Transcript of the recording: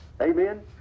Amen